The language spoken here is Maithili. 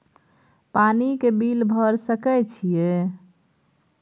पानी के बिल भर सके छियै?